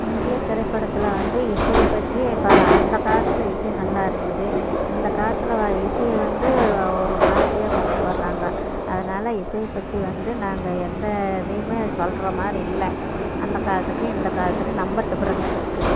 இந்திய திரைப்படத்தில் வந்து இசையை பற்றி அந்த காலத்தில் இசை நல்லாயிருந்தது இந்த காலத்தில் இசை வந்து ஒரு மாதிரியாக கொண்டுட்டு வராங்க அதனால் இசையை பற்றி வந்து நாங்கள் எந்த இதையும் சொல்கிற மாதிரி இல்லை அந்த காலத்துக்கும் இந்த காலத்துக்கும் ரொம்ப டிஃப்ரென்ஸு இருக்குது